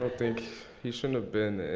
think he shouldn't have been